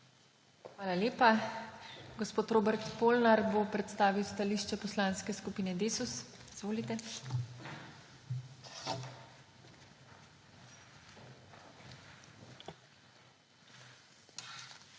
Hvala lepa. Gospod Robert Polnar bo predstavil stališče Poslanske skupine Desus. Izvolite.